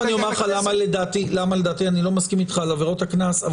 תיכף אני אומר לך מה לדעתי אני לא מסכים איתך על עבירות הקנס,